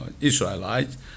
Israelites